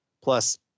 plus